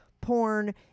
porn